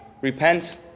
repent